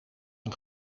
een